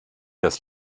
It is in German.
das